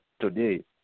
today